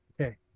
Okay